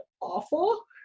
awful